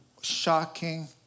Shocking